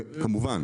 כמובן.